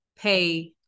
pay